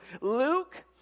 Luke